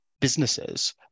businesses